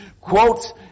Quotes